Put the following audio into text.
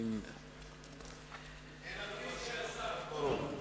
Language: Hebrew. אין לנו שאלות, הכול ברור.